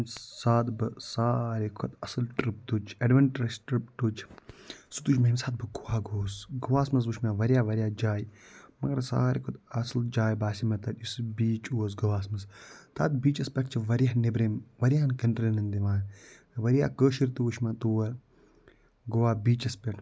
سادٕ بہٕ سارِوی کھۄتہٕ اَصٕل ٹرٛپ تُج اٮ۪ڈوینٹیج ٹرٛپ تُج سُہ تُج مےٚ ییٚمہِ ساتہٕ بہٕ گووا گۄس گوواہَس وُچھ مےٚ واریاہ واریاہ جایہِ مگر سارِوی کھۄتہٕ اَصٕل جاے باسیے مےٚ تَتہِ یُس بیٖچ اوس گووَہَس منٛز تَتھ بیٖچَس پٮ۪ٹھ چھِ واریاہ نٮ۪برِم واریاہَن کَنٛٹریَن ۂندۍ یِوان واریاہ کٲشِر تہِ وُچھِ مےٚ تور گووا بیٖچَس پٮ۪ٹھ